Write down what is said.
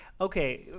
okay